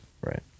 right